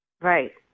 Right